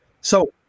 So-